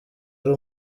ari